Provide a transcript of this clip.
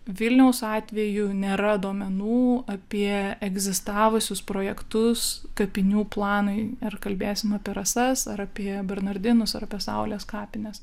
vilniaus atveju nėra duomenų apie egzistavusius projektus kapinių planui ar kalbėsim apie rasas ar apie bernardinus ar apie saulės kapines